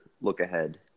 look-ahead